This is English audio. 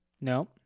No